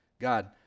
god